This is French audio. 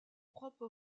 propre